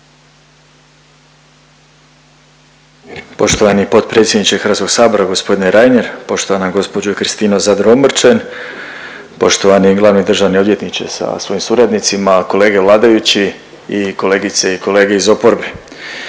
Poštovani potpredsjedniče HS-a g. Reiner, poštovana gospođo Kristina Zadro Omrčen, poštovani glavni državni odvjetniče sa svojim suradnicima, kolege vladajući i kolegice i kolege iz oporbe.